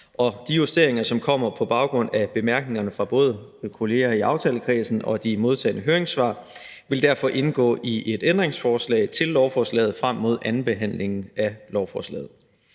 de justeringer, som kommer på baggrund af bemærkningerne fra både kolleger i aftalekredsen og de modtagne høringssvar, vil derfor indgå i et ændringsforslag til lovforslaget frem mod andenbehandlingen af lovforslaget.